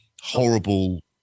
horrible